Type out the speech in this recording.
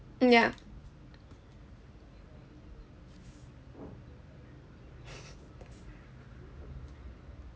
mm ya